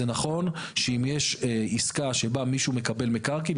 זה נכון שאם יש עסקה שבא מישהו מקבל מקרקעין,